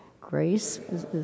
grace